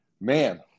man